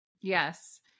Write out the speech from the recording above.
Yes